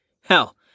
Hell